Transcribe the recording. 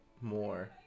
more